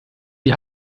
die